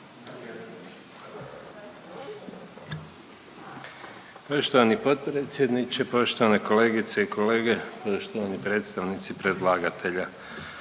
Poštovani potpredsjedniče, poštovane kolegice i kolege, poštovani predstavnici predlagatelja.